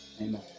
amen